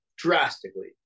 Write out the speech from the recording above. drastically